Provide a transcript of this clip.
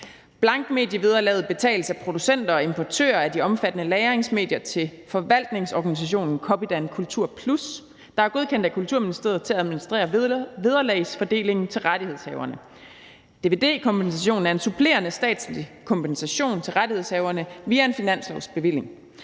Blankmedievederlaget betales af producenter og importører af de omfattede lagringsmedier til forvaltningsorganisationen Copydan KulturPlus, der er godkendt af Kulturministeriet til at administrere vederlagsfordelingen til rettighedshaverne. Dvd-kompensationen er en supplerende statslig kompensation til rettighedshaverne via en finanslovsbevilling.